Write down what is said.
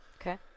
Okay